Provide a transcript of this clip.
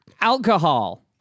Alcohol